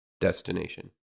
destination